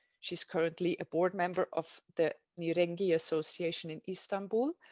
she's currently a board member of the new ringy association in istanbul,